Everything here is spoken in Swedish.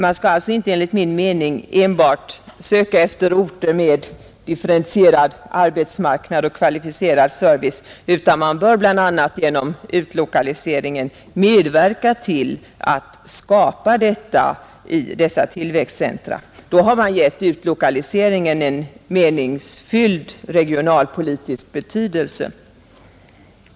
Enligt min mening skall man inte bara söka efter orter med differentierad arbetsmarknad och kvalificerad service, utan man bör bl.a. genom utlokalisering medverka till att åstadkomma sådan i dessa tillväxtcentra. Då har man givit utlokaliseringen en meningsfylld regionalpolitisk uppgift.